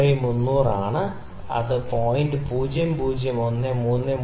4 by 300 ആണ് ഇത് 0